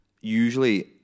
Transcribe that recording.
usually